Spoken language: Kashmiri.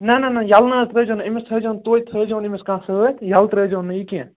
نہَ نہَ نہَ یلہٕ نہٕ حظ ترٛٲوزِہوٗن نہٕ أمِس تھٲوزیٚو تۄتہِ تھٲوزہوٗن أمِس کانٛہہ سۭتۍ یلہِ ترٛٲوزِہوٗن نہٕ یہِ کیٚنٛہہ